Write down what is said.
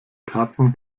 karten